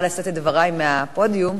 אז יתקנו את זה,